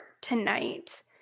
tonight